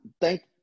thank